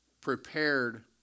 prepared